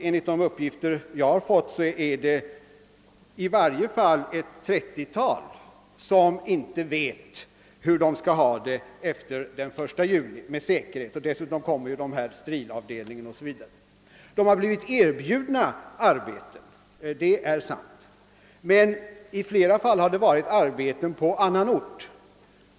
Enligt de uppgifter jag fått vet i varje fall inte ett 30-tal anställda hur det blir för dem efter den 1 juli. Dessutom tillkommer personalen vid den förut nämnda Strilavdelningen och en del andra anställda. De har blivit erbjudna arbete, det är sant, men i flera fall har det gällt arbete på annan ort.